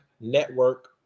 Network